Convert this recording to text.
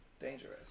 dangerous